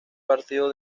partido